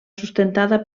sustentada